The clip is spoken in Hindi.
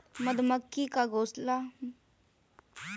मधुमक्खी का छत्ता मधुमक्खी कॉलोनी का घोंसला होता है